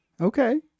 Okay